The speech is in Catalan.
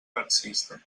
marxista